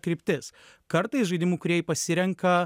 kryptis kartais žaidimų kūrėjai pasirenka